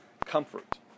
comfort